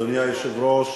אדוני היושב-ראש,